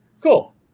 cool